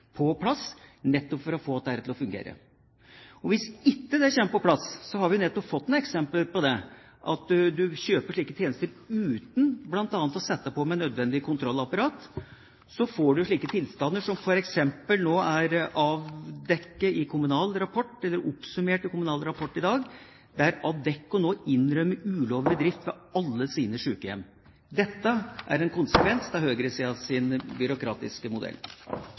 på plass, nettopp for å få dette til å fungere. Hvis ikke det kommer på plass – vi har nettopp fått noen eksempler på at en kjøper slike tjenester uten bl.a. å sette på et nødvendig kontrollapparat – får en slike tilstander som f.eks. er avdekket i det oppsummerte Kommunal Rapport i dag, der Adecco nå innrømmer ulovlig drift ved alle sine sykehjem. Dette er en konsekvens av høyresidens byråkratiske modell.